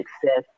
success